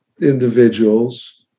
individuals